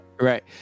Right